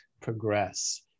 progress